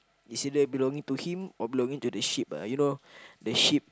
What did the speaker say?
is either belonging to him or belonging to the sheep ah you know the sheep